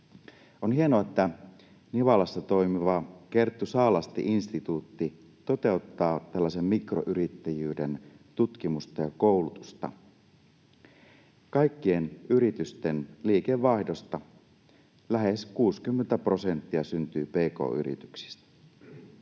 On hienoa, että Nivalassa toimiva Kerttu Saalasti Instituutti toteuttaa tällaisen mikroyrittäjyyden tutkimusta ja koulutusta. Kaikkien yritysten liikevaihdosta lähes 60 prosenttia syntyy pk-yrityksistä.